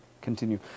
continue